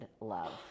love